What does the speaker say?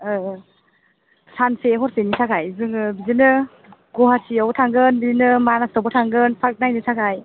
सानसे हरसेनि थाखाय जोङो बिदिनो गुवाहाटीआव थांगोन बिदिनो मानासावबो थांगोन पार्क नायनो थाखाय